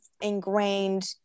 ingrained